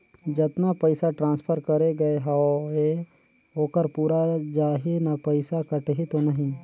जतना पइसा ट्रांसफर करे गये हवे ओकर पूरा जाही न पइसा कटही तो नहीं?